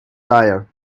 tyre